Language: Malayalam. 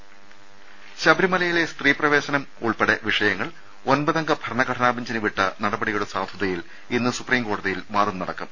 ്്്്്്്് ശബരിമലയിലെ സ്ത്രീപ്രവേശനം ഉൾപ്പെടെ വിഷയങ്ങൾ ഒൻപ തംഗ ഭരണഘടനാ ബഞ്ചിന് വിട്ട നടപടിയുടെ സാധുതയിൽ ഇന്ന് സൂപ്രീം കോടതിയിൽ വാദം നടക്കും